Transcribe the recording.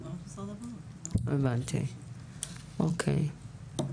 הבנתי, אוקיי.